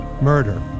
Murder